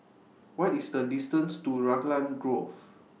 What IS The distance to Raglan Grove